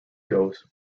goes